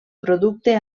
producte